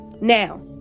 now